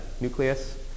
nucleus